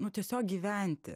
nu tiesiog gyventi